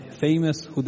famous